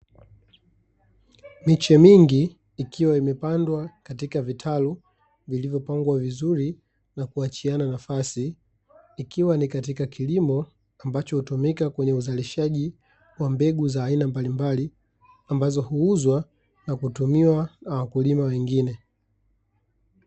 Miche mingi ikiwa imepandwa katika vitalu vilivyopangwa vizuri na kuachiana nafasi ikiwa ni katika kilimo ambacho hutumika kwenye uzalishaji wa mbegu za aina mbalimbali ambazo huuzwa na kutumiwa na wakulima wengine .